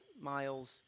miles